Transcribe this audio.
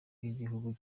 by’igihugu